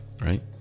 right